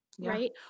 right